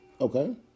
Okay